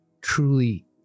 truly